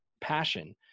passion